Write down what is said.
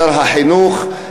לשר החינוך.